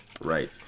right